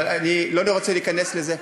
אבל אני לא רוצה להיכנס לזה.